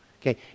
Okay